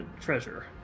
treasure